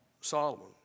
Solomon